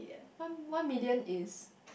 one one million is